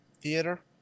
Theater